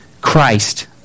Christ